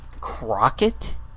Crockett